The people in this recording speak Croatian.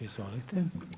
Izvolite.